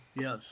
Yes